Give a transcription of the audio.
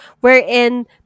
wherein